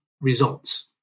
results